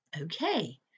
okay